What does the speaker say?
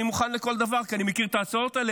אני מוכן לכל דבר כי אני מכיר את ההצעות האלה,